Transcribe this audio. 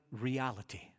reality